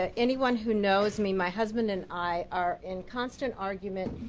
ah anyone who knows me my husband and i are in constant argument,